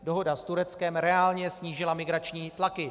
Dohoda s Tureckem reálně snížila migrační tlaky.